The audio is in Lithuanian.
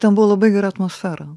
ten buvo labai gera atmosfera